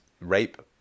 rape